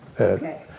Okay